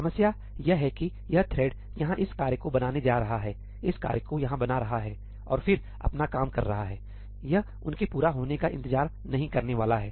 समस्या यह है कि यह थ्रेड यहां इस कार्य को बनाने जा रहा है इस कार्य को यहां बना रहा है और फिर अपना काम कर रहा हैयह उनके पूरा होने का इंतजार नहीं करने वाला है